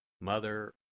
Mother